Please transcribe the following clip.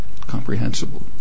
comprehensible